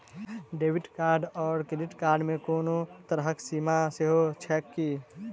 Credit card आओर debit card मे कोनो तरहक सीमा सेहो छैक की?